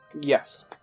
Yes